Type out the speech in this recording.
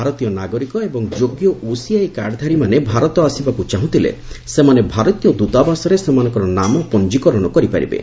ଭାରତୀୟ ନାଗରିକ ଏବଂ ଯୋଗ୍ୟ ଓସିଆଇ କାର୍ଡଧାରୀମାନେ ଭାରତ ଆସିବାକୁ ଚାହୁଁଥିଲେ ସେମାନେ ଭାରତୀୟ ଦୂତାବାସରେ ସେମାନଙ୍କର ନାମ ପଞ୍ଜିକରଣ କରିପାରିବେ